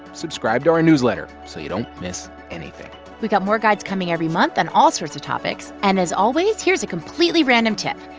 subscribe to our newsletter, so you don't miss anything we've got more guides coming every month on all sorts of topics. and as always, here's a completely random tip,